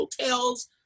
hotels